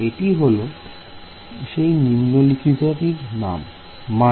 এটি হলো সেই নিম্নলিখিত টির মানে